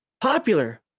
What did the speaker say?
popular